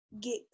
get